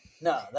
no